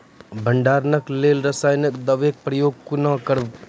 भंडारणक लेल रासायनिक दवेक प्रयोग कुना करव?